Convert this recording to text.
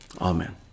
Amen